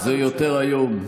זה יותר היום.